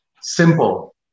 simple